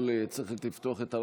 סליחה, אני יוצאת.